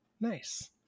Nice